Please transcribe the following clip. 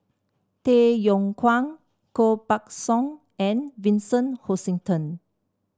Tay Yong Kwang Koh Buck Song and Vincent Hoisington